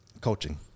coaching